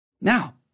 Now